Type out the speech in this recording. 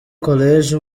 college